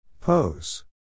Pose